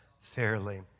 fairly